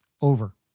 Over